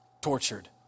tortured